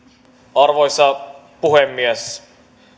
arvoisa puhemies